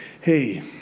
hey